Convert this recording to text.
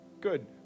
Good